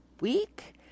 week